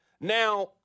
Now